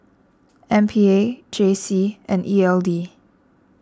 M P A J C and E L D